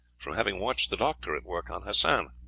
from having watched the doctor at work on hassan.